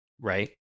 right